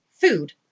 food